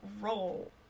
roll